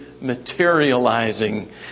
materializing